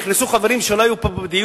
מאחר שנכנסו חברים שלא היו פה בדיון,